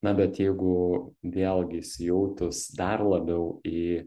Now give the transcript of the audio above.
na bet jeigu vėlgi įsijautus dar labiau į